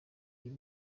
iyo